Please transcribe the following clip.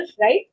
right